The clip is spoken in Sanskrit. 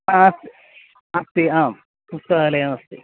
आ अस्ति अस्ति आम् पुस्तकालयमस्ति